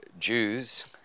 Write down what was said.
Jews